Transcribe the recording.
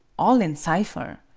all in cipher.